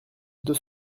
deux